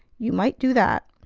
you might do that.